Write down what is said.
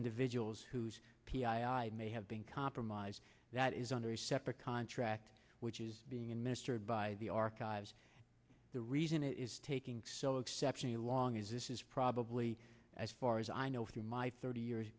individuals whose p i i may have been compromised that is under a separate contract which is being administered by the archives the reason it is taking so exceptionally long is this is probably as far as i know through my thirty years